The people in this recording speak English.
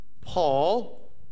Paul